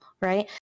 right